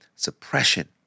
Suppression